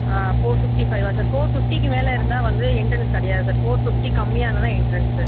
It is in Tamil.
ஆ ஃபோர் ஃபிஃப்ட்டி ஃபைவ்வா சார் ஃபோர் ஃபிஃப்ட்டிக்கு மேலே இருந்தால் வந்து எண்ட்ரென்ஸ் கிடையாது சார் ஃபோர் ஃபிஃப்ட்டிக்கு கம்மியாக இருந்தால் தான் எண்ட்ரென்ஸு